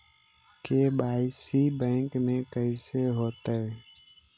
KYC bank में कैसे होतै?